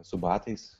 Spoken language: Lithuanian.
su batais